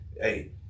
Hey